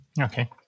Okay